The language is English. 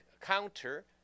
counter